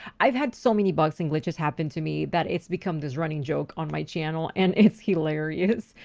i've had so many bugs and glitches happen to me that it's become this running joke on my channel. and it's hilarious.